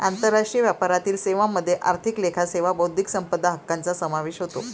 आंतरराष्ट्रीय व्यापारातील सेवांमध्ये आर्थिक लेखा सेवा बौद्धिक संपदा हक्कांचा समावेश होतो